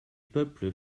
peuples